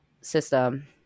system